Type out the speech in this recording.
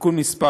(תיקון מס'